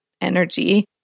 energy